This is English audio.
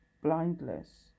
blindless